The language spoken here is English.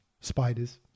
spiders